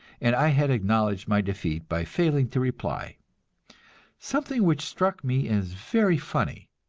and i had acknowledged my defeat by failing to reply something which struck me as very funny.